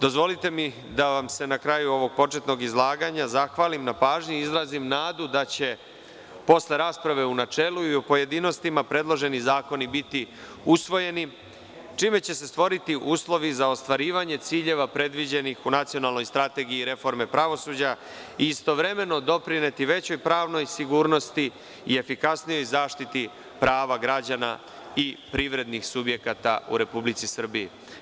Dozvolite mi da vam se na kraju ovog početnog izlaganja zahvalim na pažnji i izrazim nadu da će, posle rasprave u načelu i u pojedinostima, predloženi zakoni biti usvojeni, čime će se stvoriti uslovi za ostvarivanje ciljeva predviđenih u Nacionalnoj strategiji reforme pravosuđa i istovremeno doprineti većoj pravnoj sigurnosti i efikasnijoj zaštiti prava građana i privrednih subjekata u Republici Srbiji.